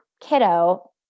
kiddo